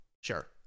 Sure